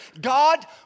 God